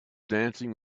dancing